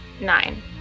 nine